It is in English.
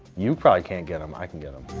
you probably can't get him, i can get him.